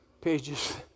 pages